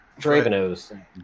Dravenos